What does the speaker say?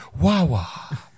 Wawa